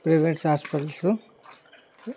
private hospitals